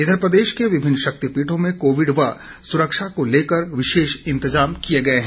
इधर प्रदेश के विभिन्न शक्तिपीठों में कोविड व सुरक्षा को लेकर विशेष इंतजाम किए गए है